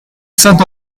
saint